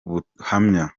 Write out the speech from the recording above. buhamya